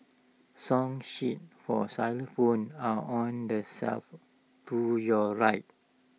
song sheets for xylophones are on the shelf to your right